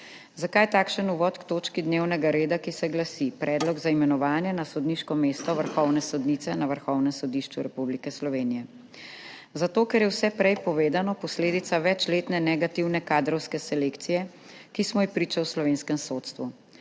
Zakaj takšen uvod k točki dnevnega reda, ki se glasi Predlog za imenovanje na sodniško mesto vrhovne sodnice na Vrhovnem sodišču Republike Slovenije? Zato, ker je vse prej povedano posledica večletne negativne kadrovske selekcije, ki smo ji priča v slovenskem sodstvu.